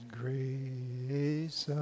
grace